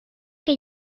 que